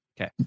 Okay